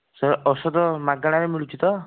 ସବୁ ଔଷଧ ମାଗଣାରେ ମିଳୁଛି ତ